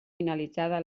finalitzada